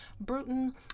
Bruton